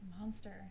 monster